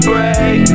Break